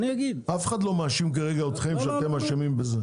אף אחד לא מאשים אתכם בזה כרגע.